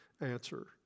answer